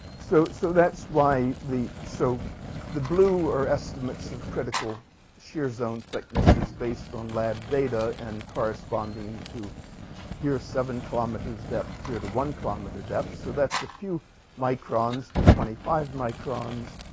so so that's why the so the blue are estimates of critical shear zone thickness is based on lab data and corresponding to here, seven kilometers depth, and here to one kilometer depth, so that's a few microns to twenty five microns.